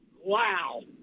Wow